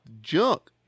Junk